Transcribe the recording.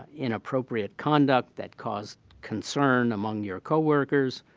inappropriate conduct that caused concern among your coworkers,